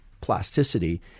plasticity